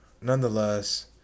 nonetheless